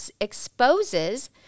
exposes